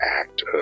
act